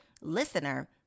listener